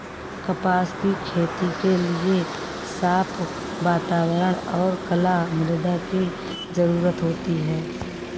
कपास की खेती के लिए साफ़ वातावरण और कला मृदा की जरुरत होती है